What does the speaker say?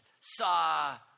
saw